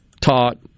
taught